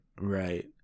right